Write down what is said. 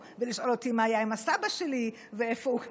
ולשאול אותי מה היה עם הסבא שלי ואיפה הוא קבור,